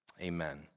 Amen